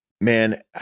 man